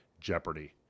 jeopardy